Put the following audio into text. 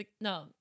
No